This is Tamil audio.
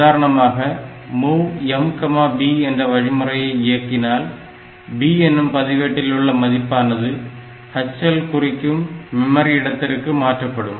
உதாரணமாக MOV MB என்ற வழிமுறையை இயக்கினால் B எனும் பதிவேட்டிலுள்ள மதிப்பானது HL குறிக்கும் மெமரி இடத்திற்கு மாற்றப்படும்